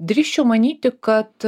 drįsčiau manyti kad